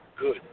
good